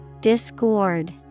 Discord